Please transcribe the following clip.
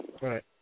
right